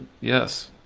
yes